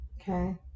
Okay